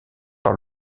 par